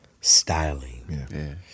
Styling